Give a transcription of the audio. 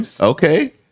okay